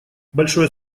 большое